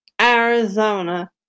Arizona